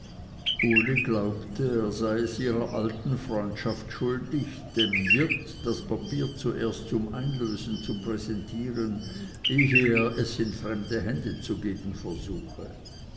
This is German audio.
uli glaubte er sei es ihrer alten freundschaft schuldig dem wirt das papier zuerst zum einlösen zu präsentieren ehe er es in fremde hände zu geben versuche